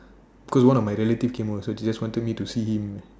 cause one of my relative came over so they just wanted me to see him